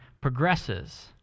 progresses